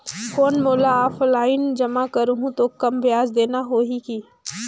कौन मैं ऑफलाइन जमा करहूं तो कम ब्याज देना होही की?